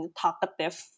talkative